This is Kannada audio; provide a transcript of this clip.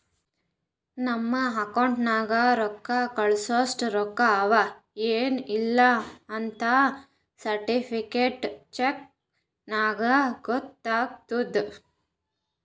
ನಮ್ದು ಅಕೌಂಟ್ ನಾಗ್ ರೊಕ್ಕಾ ಕಳ್ಸಸ್ಟ ರೊಕ್ಕಾ ಅವಾ ಎನ್ ಇಲ್ಲಾ ಅಂತ್ ಸರ್ಟಿಫೈಡ್ ಚೆಕ್ ನಾಗ್ ಗೊತ್ತಾತುದ್